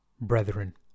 brethren